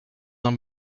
d’un